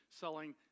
selling